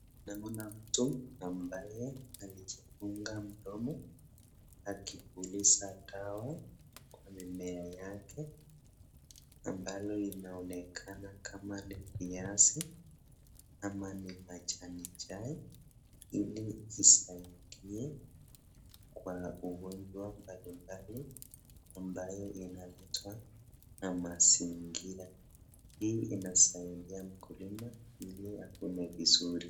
Ninaona mtu ambaye alijifunga mdomo akipuliza dawa kwa mimea yake ambalo imeonekana kama ni viazi ama ni majani chai ili isaidie kwa ugonjwa mbalimbali ambayo inaletwa na mazingira. Hii inasaidia mkulima ili apumue vizuri.